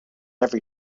every